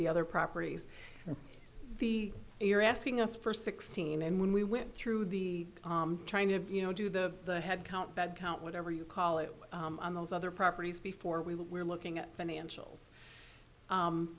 the other properties the you're asking us for sixteen and when we went through the trying to you know do the headcount that count whatever you call it on those other properties before we we're looking at financial